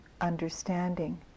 understanding